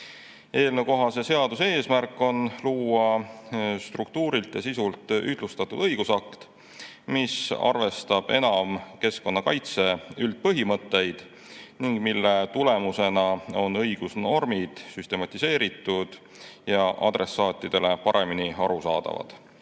Eelnõukohase seaduse eesmärk on luua struktuurilt ja sisult ühtlustatud õigusakt, mis arvestab enam keskkonnakaitse üldpõhimõtteid ning mille tulemusena on õigusnormid süstematiseeritud ja adressaatidele paremini arusaadavad.